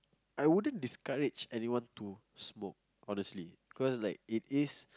I wouldn't discourage anyone to smoke honestly cause like it is